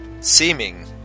seeming